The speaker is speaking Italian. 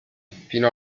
fino